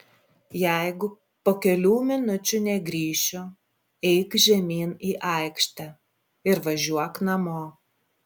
jeigu po kelių minučių negrįšiu eik žemyn į aikštę ir važiuok namo